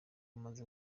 amaze